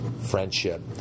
friendship